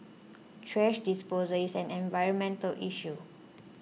thrash disposal is an environmental issue